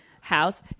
house